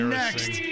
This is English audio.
next